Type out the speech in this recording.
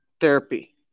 therapy